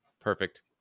perfect